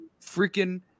freaking